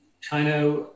China